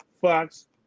Fox